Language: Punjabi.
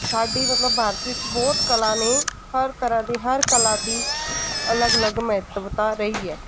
ਸਾਡੀ ਮਤਲਬ ਭਾਰਤ ਵਿੱਚ ਬਹੁਤ ਕਲਾ ਨੇ ਹਰ ਤਰ੍ਹਾਂ ਦੀ ਹਰ ਕਲਾ ਦੀ ਅਲੱਗ ਅਲੱਗ ਮਹਿਤਵਤਾ ਰਹੀ ਹੈ